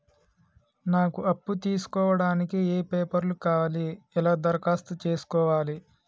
నాకు అప్పు తీసుకోవడానికి ఏ పేపర్లు కావాలి ఎలా దరఖాస్తు చేసుకోవాలి?